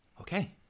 Okay